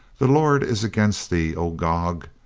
the lord is against thee, oh gog.